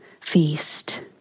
feast